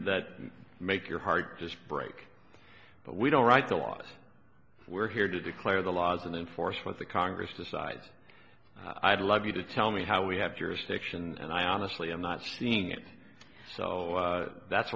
that make your heart just break but we don't write the laws we're here to declare the laws and enforcement the congress decide i'd love you to tell me how we have jurisdiction and i honestly i'm not seeing it so that's